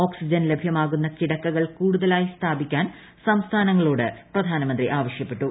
oxygen ലഭ്യമാകുന്ന കിടക്കകൾ കൂടുതലായി സ്ഥാപിക്കാൻ സംസ്ഥാനങ്ങളോട് അദ്ദേഹം ആവശ്യപ്പട്ടു